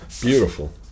Beautiful